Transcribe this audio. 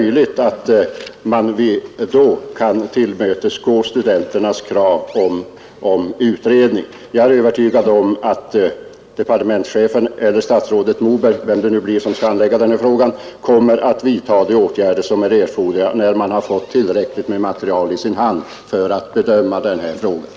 Jag är övertygad om att departementschefen eller statsrådet Moberg — vem det nu blir som skall handlägga frågan — kommer att vidta de åtgärder som är erforderliga när man har fått tillräckligt med material i sin hand för att bedöma saken.